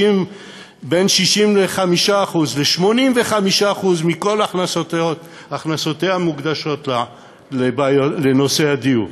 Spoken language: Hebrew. בין 65% ל-85% מכל הכנסותיה מוקדשות לנושא הדיור.